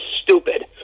stupid